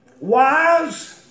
wise